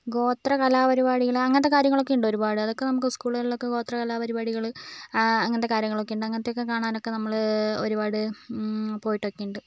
ഗോത്രകലാപരിപാടകൾ അങ്ങനത്തെ കാര്യങ്ങളൊക്കെയുണ്ട് ഒരുപാട് അതൊക്കെ നമുക്ക് സ്കൂളുകളിലൊക്കെ ഗോത്രകലാപരിപാടികൾ അങ്ങനത്തെ കാര്യങ്ങളൊക്കെയുണ്ട് അങ്ങനത്തയൊക്കെ കാണാനൊക്കെ നമ്മൾ ഒരുപാട് പോയിട്ടൊക്കെയുണ്ട്